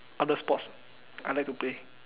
other sports I like to play